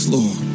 Lord